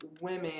women